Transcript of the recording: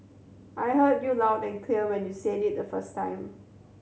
I heard you loud and clear when you said it the first time